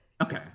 Okay